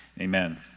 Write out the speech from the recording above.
Amen